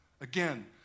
Again